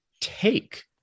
take